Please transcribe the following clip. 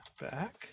back